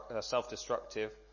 self-destructive